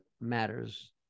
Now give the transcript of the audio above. matters